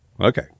Okay